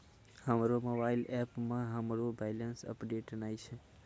हमरो मोबाइल एपो मे हमरो बैलेंस अपडेट नै छै